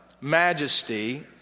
majesty